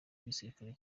w’igisirikare